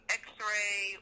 x-ray